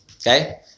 okay